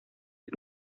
sus